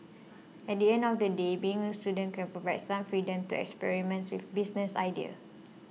at the end of the day being a student can provide some freedom to experiment with business ideas